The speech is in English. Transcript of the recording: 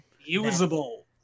usable